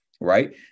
right